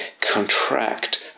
contract